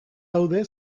daude